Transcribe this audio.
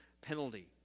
penalty